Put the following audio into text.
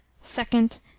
second